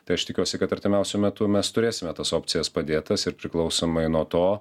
tai aš tikiuosi kad artimiausiu metu mes turėsime tas opcijas padėtas ir priklausomai nuo to